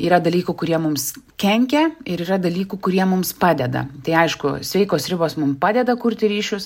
yra dalykų kurie mums kenkia ir yra dalykų kurie mums padeda tai aišku sveikos ribos mum padeda kurti ryšius